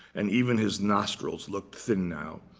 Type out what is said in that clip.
and even his nostrils looked thin now.